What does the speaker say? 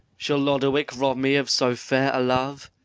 shall lodowick rob me of so fair a love?